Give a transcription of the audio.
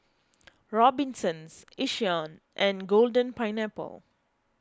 Robinsons Yishion and Golden Pineapple